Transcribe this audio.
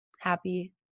happy